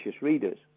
readers